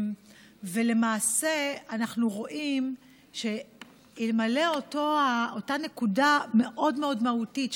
ולמעשה אנחנו רואים שאלמלא אותה נקודה מאוד מאוד מהותית,